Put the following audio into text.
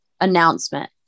Announcement